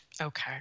Okay